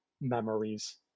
memories